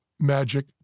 Magic